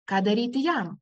ką daryti jam